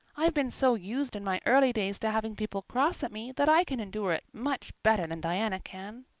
i've been so used in my early days to having people cross at me that i can endure it much better than diana can.